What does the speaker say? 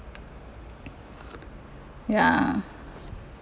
ya